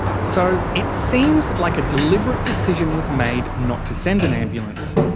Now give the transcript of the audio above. so it seems like a deliberate decision was made not to send an ambulance.